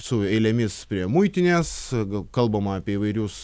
su eilėmis prie muitinės kalbama apie įvairius